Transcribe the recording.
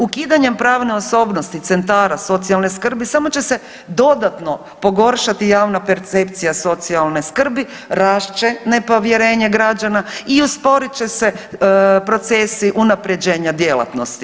Ukidanje pravne osobnosti centara socijalne skrbi samo će se dodatno pogoršati javna percepcija socijalne skrbi, rast će nepovjerenje građana i usporit će se procesi unaprjeđenja djelatnosti.